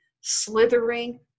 slithering